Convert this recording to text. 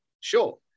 sure